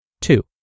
two